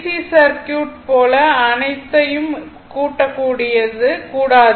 C circuit போல அனைத்தையும் கூட்டக்கூடாது